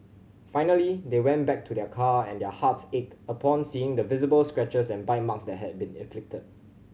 finally they went back to their car and their hearts ached upon seeing the visible scratches and bite marks that had been inflicted